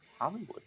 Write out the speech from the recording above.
Hollywood